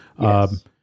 Yes